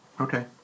Okay